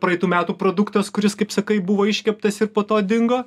praeitų metų produktas kuris kaip sakai buvo iškeptas ir po to dingo